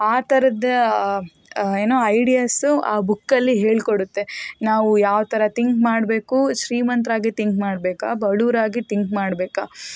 ಆ ಥರದ ಏನು ಐಡಿಯಾಸು ಆ ಬುಕ್ಕಲ್ಲಿ ಹೇಳ್ಕೊಡುತ್ತೆ ನಾವು ಯಾವ ಥರ ಥಿಂಕ್ ಮಾಡ್ಬೇಕು ಶ್ರೀಮಂತರಾಗಿ ಥಿಂಕ್ ಮಾಡ್ಬೇಕಾ ಬಡವರಾಗಿ ಥಿಂಕ್ ಮಾಡ್ಬೇಕಾ